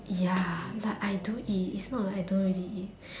ya like I don't eat it's not like I don't really eat